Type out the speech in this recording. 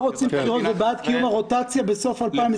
לא רוצים בחירות ובעד קיום הרוטציה בסוף 2021?